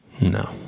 No